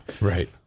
Right